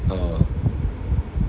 oh